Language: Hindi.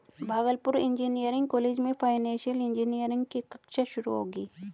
भागलपुर इंजीनियरिंग कॉलेज में फाइनेंशियल इंजीनियरिंग की कक्षा शुरू होगी